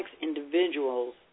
individuals